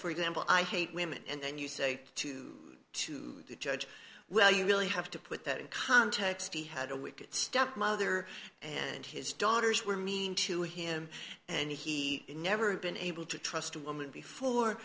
for example i hate women and then you say to to the judge well you really have to put that in context he had a wicked stepmother and his daughters were mean to him and he never been able to trust a woman before